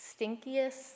stinkiest